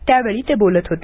त्यावेळी ते बोलत होते